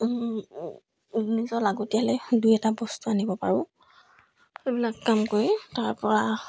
নিজৰ লাগতিয়ালে দুই এটা বস্তু আনিব পাৰোঁ সেইবিলাক কাম কৰি তাৰ পৰা